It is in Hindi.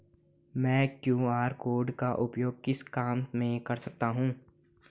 मैं क्यू.आर कोड का उपयोग किस काम में कर सकता हूं?